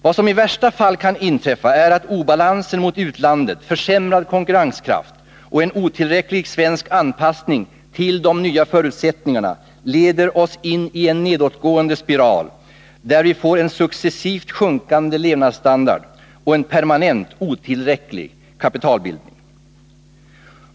Vad som i värsta fall kan inträffa är att obalansen mot utlandet, försämrad konkurrenskraft och en otillräcklig svensk anpassning till de nya förutsättningarna leder oss in i en nedåtgående spiral, där vi får en successivt sjunkande levnadsstandard och en permanent otillräcklig kapitalbildning.